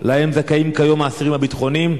שלהן זכאים כיום האסירים הביטחוניים?